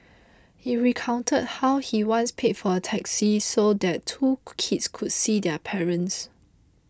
he recounted how he once paid for a taxi so that two kids could see their parents